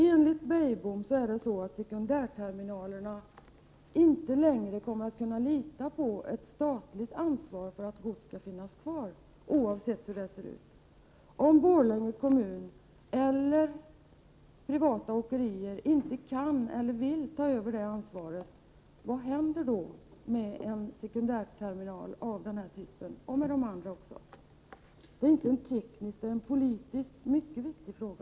Enligt Beijbom kommer man i fråga om sekundärterminalerna inte längre att kunna lita på ett statligt ansvar för att gods skall finnas kvar. Om Borlänge kommun eller privata åkerier inte kan eller vill ta över detta ansvar vad händer då med en sekundärterminal av denna typ? Det är inte en teknisk fråga, utan det är en politiskt mycket viktig fråga.